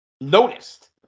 noticed